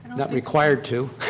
not required to.